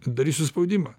darysiu spaudimą